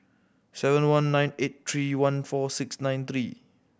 seven one nine eight three one four six nine three